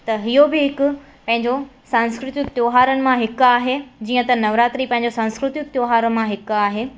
त इहो बि हिकु पंहिंजो सांस्कृतिक त्योहारनि मां हिकु आहे जीअं त नवरात्री पंहिंजो सांस्कृतिक त्योहार मां हिकु आहे